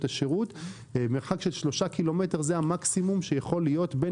השירות - כאשר מרחק של 3 קילומטרים זה המקסימום שיכול להיות בין